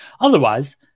Otherwise